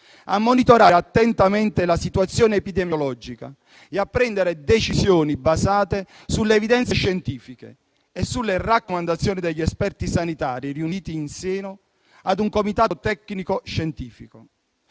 a monitorare attentamente la situazione epidemiologica e a prendere decisioni basate sulle evidenze scientifiche e sulle raccomandazioni degli esperti sanitari riuniti in seno a un comitato tecnico-scientifico.